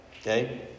Okay